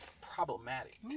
problematic